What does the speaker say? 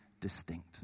distinct